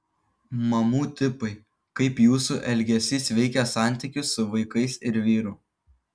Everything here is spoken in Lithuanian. mamų tipai kaip jūsų elgesys veikia santykius su vaikais ir vyru